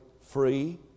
free